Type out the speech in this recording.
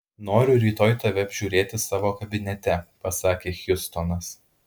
noriu rytoj tave apžiūrėti savo kabinete pasakė hjustonas